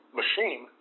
machine